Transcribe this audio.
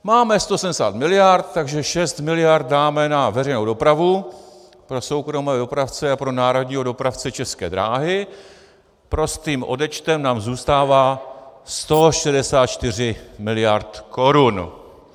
Máme 170 miliard, takže 6 miliard dáme na veřejnou dopravu pro soukromé dopravce a pro národního dopravce České dráhy, prostým odečtem nám zůstává 164 miliard korun.